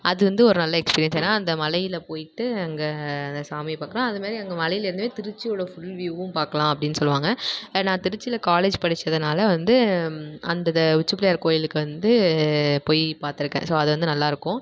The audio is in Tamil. அது வந்து ஒரு நல்ல எக்ஸ்பீரியன்ஸ் ஏன்னா அந்த மலையில் போய்ட்டு அங்கே அந்த சாமியை பார்க்குறோம் அது மாதிரி அங்கே மலையில் இருந்துமே திருச்சியோடய ஃபுல் வியூவும் பார்க்கலாம் அப்படின்னு சொல்வாங்க நான் திருச்சியில் காலேஜ் படித்ததுனால வந்து அந்த இது உச்சிப் பிள்ளையார் கோவிலுக்கு வந்து போய் பார்த்துருக்கேன் ஸோ அது வந்து நல்லாயிருக்கும்